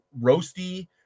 roasty